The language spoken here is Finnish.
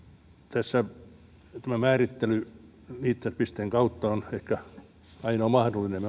tässä tämä määrittely liittymispisteen kautta on ehkä ainoa mahdollinen